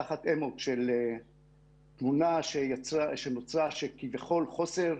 תחת אמוק של תמונה שנוצרה של כביכול חוסר,